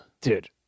Dude